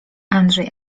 andrzej